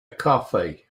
coffee